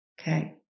Okay